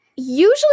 Usually